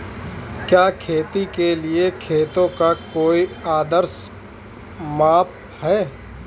क्या खेती के लिए खेतों का कोई आदर्श माप है?